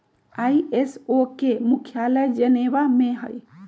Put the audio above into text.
ISO के मुख्यालय Geneva में हइ